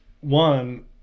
one